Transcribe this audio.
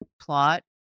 plot